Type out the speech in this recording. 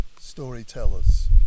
storytellers